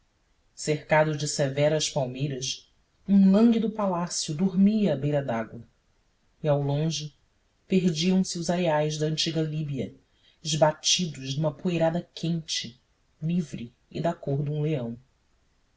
cercado de severas palmeiras um lânguido palácio dormia a beira da água e ao longe perdiam-se os areais da antiga líbia esbatidos numa poeirada quente livre e da cor de um leão